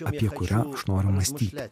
apie kurią aš noriu mąstyti